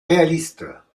réalistes